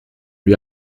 lui